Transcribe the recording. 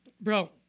bro